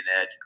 edge